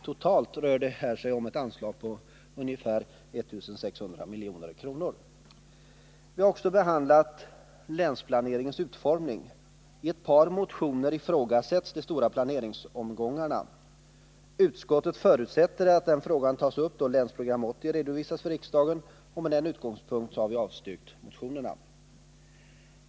Totalt rör det sig om ett anslag på 1600 milj.kr. Vi har också behandlat länsplaneringens utformning. I ett par motioner ifrågasätts de stora planeringsomgångarna. Utskottet förutsätter att den frågan tas upp då Länsprogram 80 redovisas för riksdagen, och med det som utgångspunkt har vi avstyrkt motionerna.